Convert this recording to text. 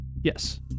Yes